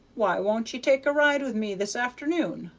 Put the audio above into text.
why won't ye take a ride with me this afternoon?